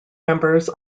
members